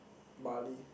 Bali